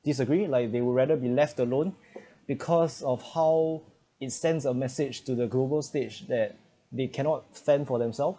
disagree like they would rather be left alone because of how it sends a message to the global stage that they cannot fend for themselves